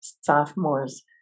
sophomores